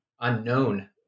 unknown